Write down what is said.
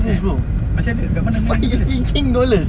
eh masih ada kat mana meh kat mana